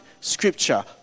scripture